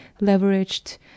leveraged